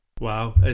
Wow